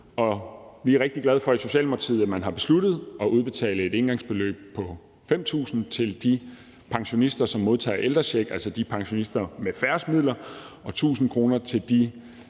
i Socialdemokratiet, at man har besluttet at udbetale et engangsbeløb på 5.000 kr. til de pensionister, som modtager ældrecheck, altså de pensionister med færrest midler, og 1.000 kr. til de